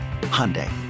Hyundai